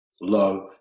love